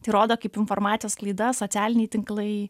tai rodo kaip informacijos sklaida socialiniai tinklai